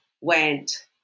went